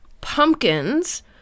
pumpkins